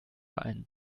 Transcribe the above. ein